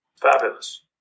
Fabulous